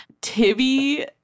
Tibby